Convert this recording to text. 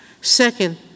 Second